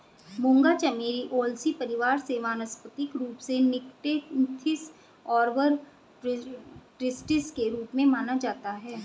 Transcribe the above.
मूंगा चमेली ओलेसी परिवार से वानस्पतिक रूप से निक्टेन्थिस आर्बर ट्रिस्टिस के रूप में जाना जाता है